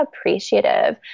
appreciative